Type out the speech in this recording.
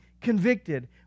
convicted